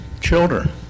children